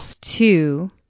Two